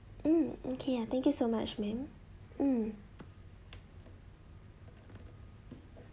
mm okay ya thank you so much ma'am mm